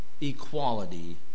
equality